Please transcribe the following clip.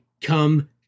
come